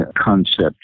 concept